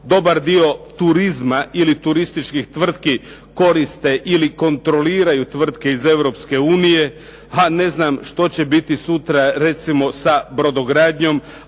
Dobar dio turizma ili turističkih tvrtki koriste ili kontroliraju tvrtke iz Europske unije, a ne znam što će biti sutra recimo sa brodogradnjom,